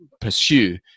pursue